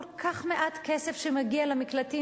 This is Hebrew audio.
כל כך מעט כסף מגיע למקלטים?